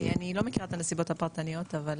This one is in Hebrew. אני לא מכירה את הסיבות הפרטניות אבל